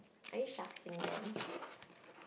are you shuffling them